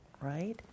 right